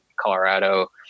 Colorado